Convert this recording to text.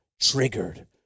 Triggered